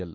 L